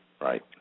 Right